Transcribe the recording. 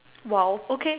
!wow! okay